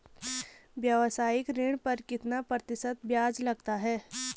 व्यावसायिक ऋण पर कितना प्रतिशत ब्याज लगता है?